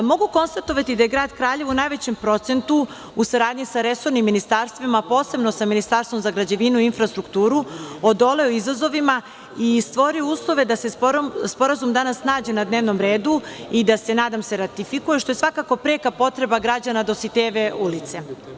Mogu konstatovati da je Grad Kraljevo u najvećem procentu u saradnji sa resornim ministarstvima, posebno sa Ministarstvom za građevinu i infrastrukturu odoleo izazovima i stvorio uslove da se sporazum danas nađe na dnevnom redu i da se nadam se ratifikuje, što je svakako preka potreba građana Dositejeve ulice.